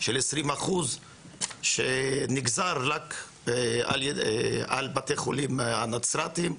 של 20% שנגזר רק על בתי החולים הנצרתים.